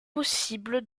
possible